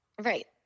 Right